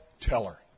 teller